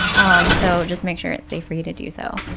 um so just make sure it's safe for you to do so.